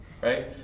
Right